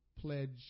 pledge